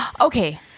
Okay